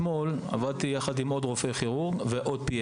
אתמול עבדתי יחד עם עוד רופא כירורג ועוד עוזר רופא